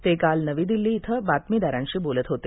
ते काल नवी दिल्ली इथं बातमीदारांशी बोलत होते